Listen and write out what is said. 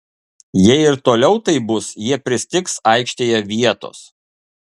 jei ir toliau taip bus jie pristigs aikštėje vietos